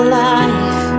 life